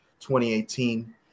2018